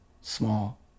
small